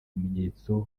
ibimenyetso